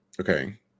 Okay